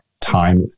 time